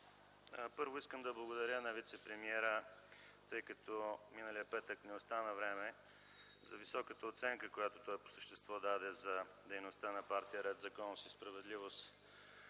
Първо, искам да благодаря на вицепремиера, защото миналия петък не остана време за високата оценка, която той по същество даде за дейността на партия „Ред, законност и справедливост”